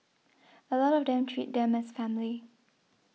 a lot of them treat them as family